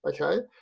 okay